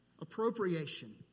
Appropriation